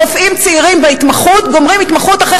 רופאים צעירים בהתמחות גומרים התמחות אחרי